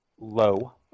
low